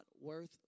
worth